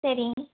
சரி